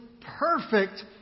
perfect